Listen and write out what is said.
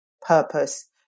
purpose